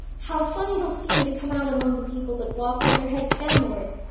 how funny it'll seem to come out among the people that walk with their heads downward!